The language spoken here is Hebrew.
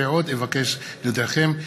2016. עוד אבקש להודיעכם,